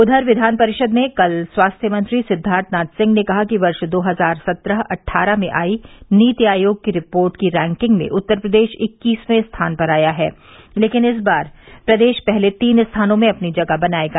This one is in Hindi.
उधर विधान परिषद में कल स्वास्थ्य मंत्री सिद्वार्थ नाथ सिंह ने कहा कि वर्ष दो हजार सत्रह अट्ठारह में आई नीति आयोग की रिपोर्ट की रैकिंग में उत्तर प्रदेश इक्कीसवें स्थान पर आया है लेकिन इस बार प्रदेश पहले तीन स्थानों में अपनी जगह बनायेगा